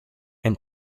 and